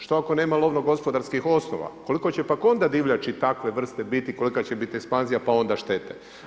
Što ako nema lovnogospodarskih osnova, koliko će pak onda divljači takve vrste biti, kolika će biti ekspanzija, pa onda šteta.